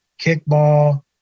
kickball